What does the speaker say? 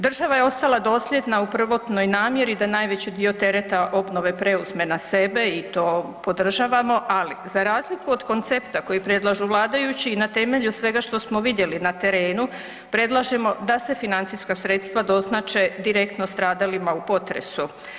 Država je ostala dosljedna u prvotnoj namjeri da najveći dio tereta obnove preuzme na sebe i to podržavamo, ali za razliku od koncepta koji predlažu vladajući i na temelju svega što smo vidjeli na terenu, predlažemo da se financijska sredstva doznače direktno stradalima u potresu.